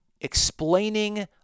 explaining